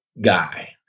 guy